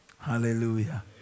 hallelujah